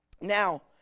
Now